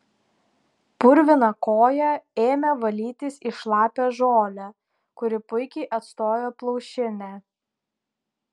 purviną koją ėmė valytis į šlapią žolę kuri puikiai atstojo plaušinę